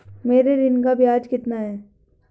मेरे ऋण का ब्याज कितना है?